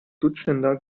dutzender